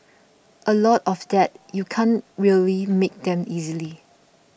a lot of that you can't really make them easily